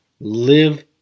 live